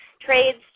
trades